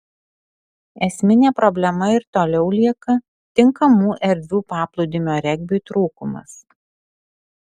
esminė problema ir toliau lieka tinkamų erdvių paplūdimio regbiui trūkumas